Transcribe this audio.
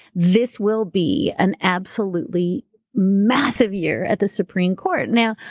this will be an absolutely massive year at the supreme court. now,